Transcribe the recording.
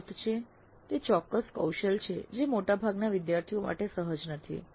તેનો અર્થ છે તે ચોક્કસ કૌશલ છે જે મોટાભાગના વિદ્યાર્થીઓ માટે સહજ નથી